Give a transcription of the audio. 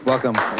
welcome.